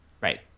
Right